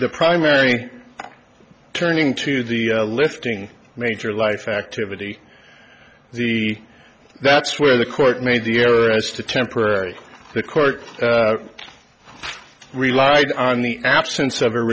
the primary turning to the lifting major life activity the that's where the court made the error as to temporary the court relied on the absence of